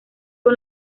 con